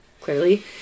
clearly